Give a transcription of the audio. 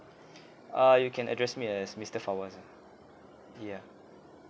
uh you can address me as mister fawwaz ah yeah